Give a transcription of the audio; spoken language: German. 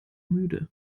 müde